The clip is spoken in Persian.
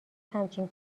همچین